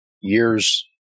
years